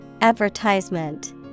Advertisement